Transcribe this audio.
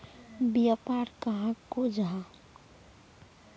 व्यापार कहाक को जाहा?